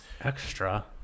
Extra